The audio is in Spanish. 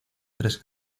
tres